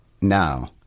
now